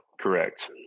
correct